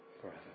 forever